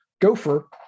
Gopher